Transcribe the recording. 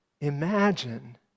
Imagine